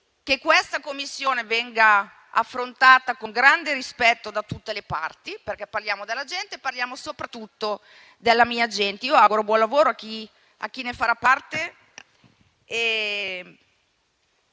che questa Commissione venga affrontata con grande rispetto da tutte le parti, perché parliamo della gente e soprattutto della mia gente. Auguro buon lavoro a chi ne farà parte